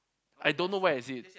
I don't know where is it